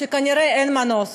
שכנראה אין מנוס